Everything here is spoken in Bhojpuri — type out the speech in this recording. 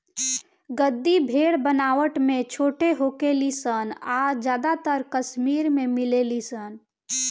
गद्दी भेड़ बनावट में छोट होखे ली सन आ ज्यादातर कश्मीर में मिलेली सन